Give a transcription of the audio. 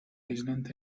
aislante